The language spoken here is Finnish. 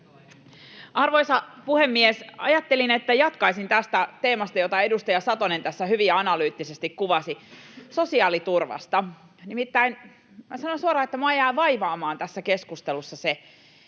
Arvoisa puhemies! Ajattelin, että jatkaisin tästä teemasta, jota edustaja Satonen tässä hyvin analyyttisesti kuvasi: sosiaaliturvasta. Nimittäin minä sanon suoraan, että minua jäi vaivaamaan tässä keskustelussa se,